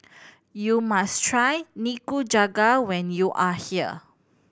you must try Nikujaga when you are here